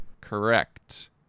Correct